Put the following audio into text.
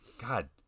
God